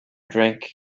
drink